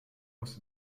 muss